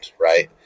right